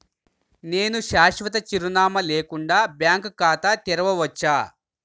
నేను శాశ్వత చిరునామా లేకుండా బ్యాంక్ ఖాతా తెరవచ్చా?